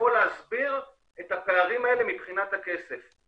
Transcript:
שיקימו את המוסדות בזמן כדי שבנק ישראל יוכל להשקיע את הכספים